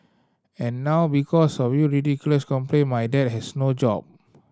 and now because of you ridiculous complaint my dad has no job